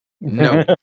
No